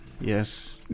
Yes